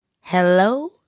Hello